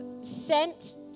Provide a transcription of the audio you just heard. sent